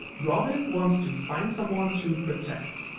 robin wants to find someone to protect.